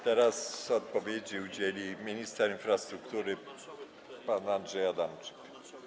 Teraz odpowiedzi udzieli minister infrastruktury pan Andrzej Adamczyk.